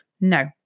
no